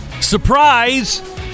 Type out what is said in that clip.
surprise